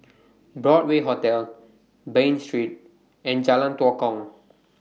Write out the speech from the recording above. Broadway Hotel Bain Street and Jalan Tua Kong